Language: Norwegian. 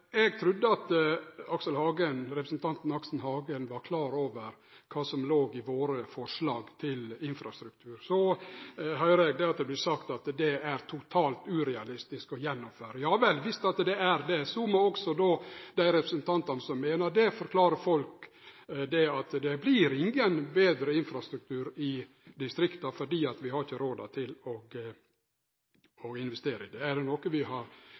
Eg trudde at representanten Aksel Hagen var klar over kva som låg i våre forslag til infrastruktur. Så høyrer eg at det vert sagt at det er totalt urealistisk å gjennomføre. Ja vel, dersom det er det, må også dei representantane som meiner det, forklare folk at det vert ingen betre infrastruktur i distrikta, for vi har ikkje råd til å investere. Er det noko vi har råd til å investere i, er det infrastruktur, for det